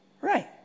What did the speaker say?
Right